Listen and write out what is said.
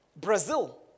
Brazil